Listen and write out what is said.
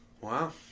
Wow